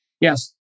Yes